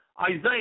Isaiah